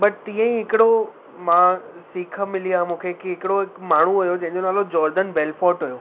but ईअं ई हिकिड़ो मां सीख मिली आहे मूंखे की हिकिड़ो माण्हू हुओ जंहिंजो नालो जॉर्डन बैल्फोर्ट हुओ